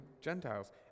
Gentiles